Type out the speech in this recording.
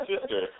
sister